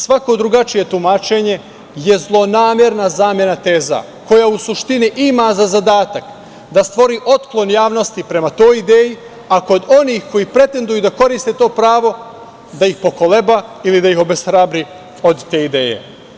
Svako drugačije tumačenje je zlonamerna zamena teza, koja u suštini ima za zadatak da stvori otklon javnosti prema toj ideji, a kod onih koji pretenduju da koriste to pravo, da ih pokoleba ili da ih obeshrabri od te ideje.